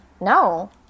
No